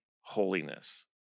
holiness